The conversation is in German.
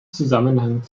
zusammenhang